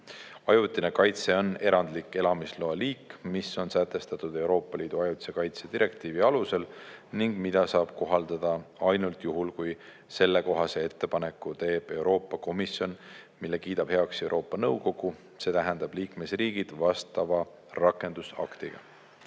Ajutine kaitse on erandlik elamisloa liik, mis on sätestatud Euroopa Liidu ajutise kaitse direktiivis ning mida saab kohaldada ainult juhul, kui sellekohase ettepaneku teeb Euroopa Komisjon, mille kiidab heaks Euroopa Nõukogu, see tähendab liikmesriigid vastava rakendusaktiga.